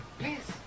please